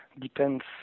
depends